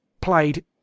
played